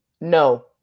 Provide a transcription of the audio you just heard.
No